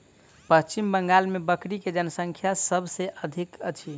पश्चिम बंगाल मे बकरी के जनसँख्या सभ से अधिक अछि